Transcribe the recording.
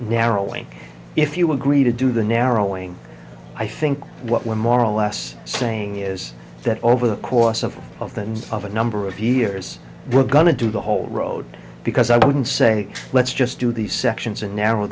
link if you agree to do the narrowing i think what we're more or less saying is that over the course of of the of a number of years we're going to do the whole road because i wouldn't say let's just do the sections and narrow